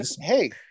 Hey